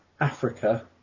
Africa